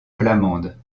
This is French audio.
flamande